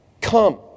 come